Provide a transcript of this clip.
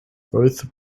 both